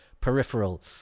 peripheral